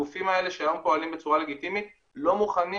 הגופים האלה שהיום פועלים בצורה לגיטימית לא מוכנים